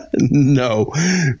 No